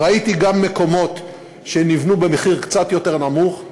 ראיתי גם במקומות שנבנו במחיר קצת יותר נמוך,